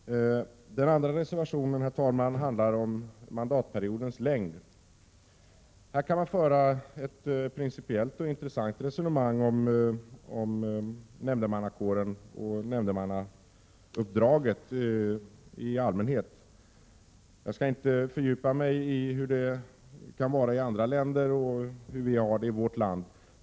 Herr talman! Reservation 2 handlar om mandatperiodens längd. Här kan man föra ett intressant principiellt resonemang om nämndemannakåren och uppdraget som nämndeman i allmänhet. Jag skall inte fördjupa mig i någon jämförelse mellan förhållandena i andra länder och de som råder i vårt land.